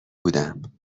بودم